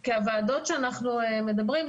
כי הוועדות שאנחנו מדברים,